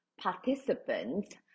participants